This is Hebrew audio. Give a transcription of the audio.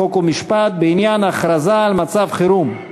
חוק ומשפט בעניין הכרזה על מצב חירום.